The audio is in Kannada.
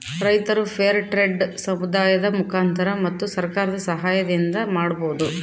ರೈತರು ಫೇರ್ ಟ್ರೆಡ್ ಸಮುದಾಯದ ಮುಖಾಂತರ ಮತ್ತು ಸರ್ಕಾರದ ಸಾಹಯದಿಂದ ಮಾಡ್ಬೋದು